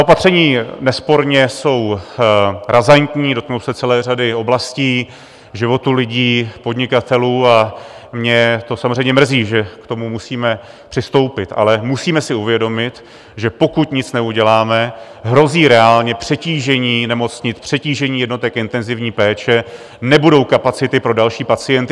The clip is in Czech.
Opatření nesporně jsou razantní, dotknou se celé řady oblastí, života lidí, podnikatelů, a mě to samozřejmě mrzí, že k tomu musíme přistoupit, ale musíme si uvědomit, že pokud nic neuděláme, hrozí reálně přetížení nemocnic, přetížení jednotek intenzivní péče, nebudou kapacity pro další pacienty.